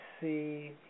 see